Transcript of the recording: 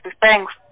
thanks